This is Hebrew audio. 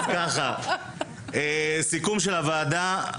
סיכום של הוועדה,